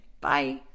bye